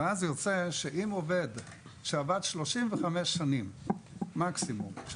אז יוצא מצב שאם עובד שעבד 35 שנים מקסימום בשירות המדינה,